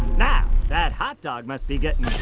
now, that hot dog must be getting